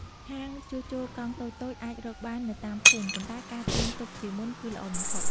ហាងជួសជុលកង់តូចៗអាចរកបាននៅតាមភូមិ ប៉ុន្តែការត្រៀមទុកជាមុនគឺល្អបំផុត។